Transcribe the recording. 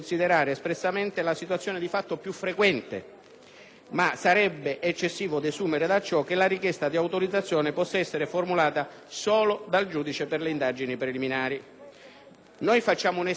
ma sarebbe eccessivo desumere da ciò che la richiesta di autorizzazione possa essere formulata solo dal giudice per le indagini preliminari. Al riguardo, faccio un esempio di ordine testuale.